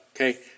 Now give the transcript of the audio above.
Okay